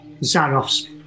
Zaroff's